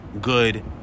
good